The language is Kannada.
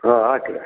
ಹಾಂ